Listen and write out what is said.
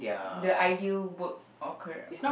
the ideal work or career